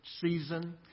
season